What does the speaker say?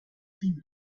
thummim